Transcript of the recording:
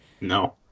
No